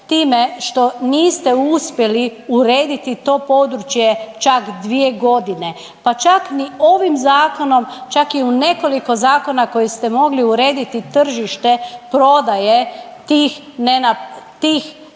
time što niste uspjeli urediti to područje čak 2 godine pa čak ni ovim zakonom, čak i u nekoliko zakona koji ste mogli urediti tržište prodaje tih